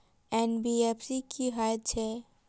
NBFC की हएत छै?